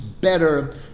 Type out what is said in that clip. better